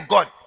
God